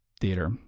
theater